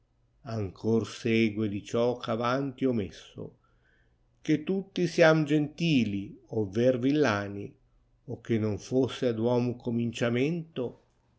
ancor segue di ciò ch atanti ho messo che tutti siam gentili otver tillani o che non fosse ad uom cominciamento